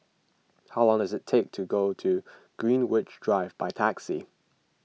how long does it take to go to Greenwich Drive by taxi